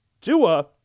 Tua